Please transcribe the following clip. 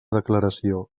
declaració